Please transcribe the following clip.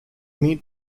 meat